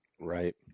Right